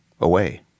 away